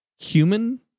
human